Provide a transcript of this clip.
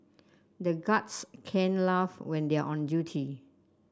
the guards can't laugh when they are on duty